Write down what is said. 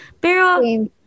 pero